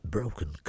Broken